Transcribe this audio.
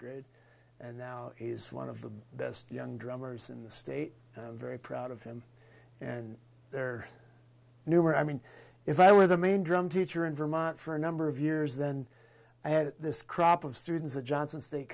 grade and now he's one of the best young drummers in the state very proud of him and they're newer i mean if i were the main drum teacher in vermont for a number of years then i had this crop of students at johnson state